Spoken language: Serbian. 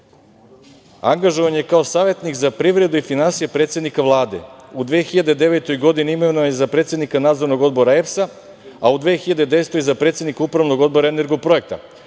angažovan je kao savetnik za privredu i finansije predsednika Vlade, u 2009. godini imenovan je za predsednika Nadzornog odbora EPS-a, a u 2010. godini za predsednika Upravnog odbora „Energoprojekta“.